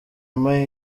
ampa